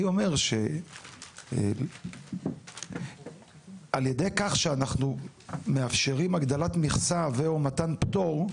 אומר שעל ידי כך שאנחנו מאפשרים הגדלת מכסה ו/או מתן פטור,